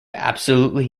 absolutely